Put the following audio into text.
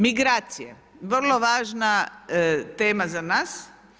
Migracije, vrlo važna tema za nas.